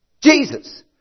Jesus